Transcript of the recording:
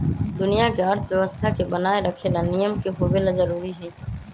दुनिया के अर्थव्यवस्था के बनाये रखे ला नियम के होवे ला जरूरी हई